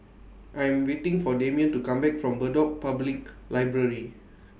I'm waiting For Demian to Come Back from Bedok Public Library